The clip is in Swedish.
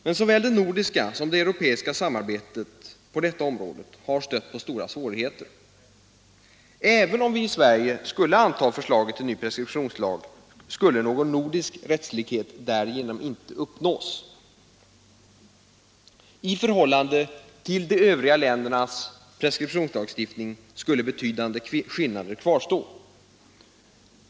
Men såväl det nordiska som det europeiska samarbetet på detta område har stött på stora svårigheter. Även om vi i Sverige skulle anta förslaget till ny preskriptionslag, skulle någon nordisk rättslikhet därigenom inte uppnås. I förhållande till de övriga ländernas preskriptionslagstiftning skulle betydande skillnader kvarstå.